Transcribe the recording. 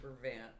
prevent